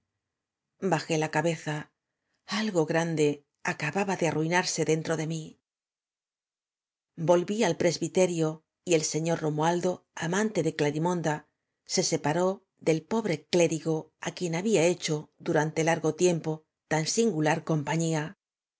liajé la cabeza algo grande acababa de arrui narse dentro de mí volví á mi presbiterio y el señor romualdo amante de clarimonda se separó de pobre cléh íjo á quien había hecho durante largo tiem po tan singular compañía